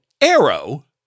arrow